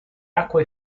acqua